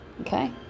Okay